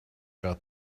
got